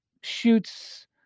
shoots